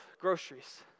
groceries